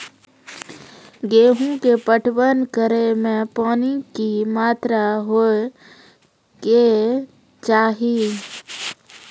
गेहूँ के पटवन करै मे पानी के कि मात्रा होय केचाही?